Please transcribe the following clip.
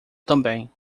também